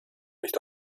nicht